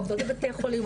עובדות בבתי חולים,